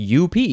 up